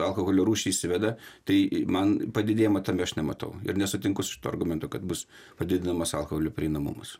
alkoholio rūšį įsiveda tai man padidėjimo tame aš nematau ir nesutinku su šituo argumentu kad bus padidinamas alkoholio prieinamumas